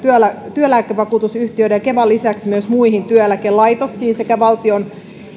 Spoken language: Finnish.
työeläkevakuutusyhtiöiden ja kevan lisäksi myös muihin työeläkelaitoksiin sekä valtion